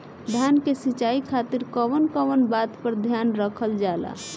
धान के सिंचाई खातिर कवन कवन बात पर ध्यान रखल जा ला?